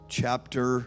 chapter